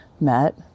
met